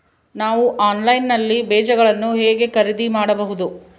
ನಾವು ಆನ್ಲೈನ್ ನಲ್ಲಿ ಬೇಜಗಳನ್ನು ಹೆಂಗ ಖರೇದಿ ಮಾಡಬಹುದು?